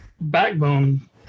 backbone